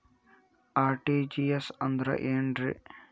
RTGS ಅಂದ್ರ ಏನ್ರಿ?